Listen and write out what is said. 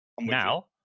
Now